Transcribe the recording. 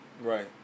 Right